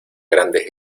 grandes